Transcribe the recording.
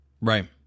Right